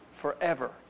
forever